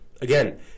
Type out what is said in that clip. again